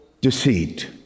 deceit